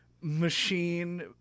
machine